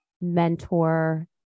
mentor